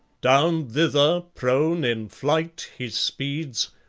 down thither, prone in flight he speeds,